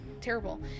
terrible